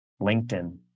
LinkedIn